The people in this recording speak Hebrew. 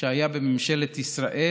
שהיה בממשלת ישראל